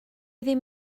ddim